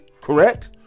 correct